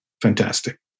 fantastic